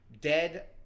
Dead